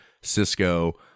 cisco